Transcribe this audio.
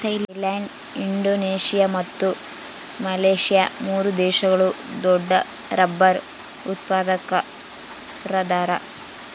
Thailand Indonesia ಮತ್ತು Malaysia ಮೂರು ದೇಶಗಳು ದೊಡ್ಡರಬ್ಬರ್ ಉತ್ಪಾದಕರದಾರ